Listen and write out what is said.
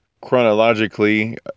chronologically